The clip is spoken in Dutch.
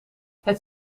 het